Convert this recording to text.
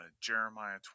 Jeremiah